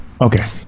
Okay